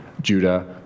Judah